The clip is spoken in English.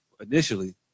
initially